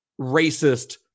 racist